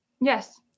Yes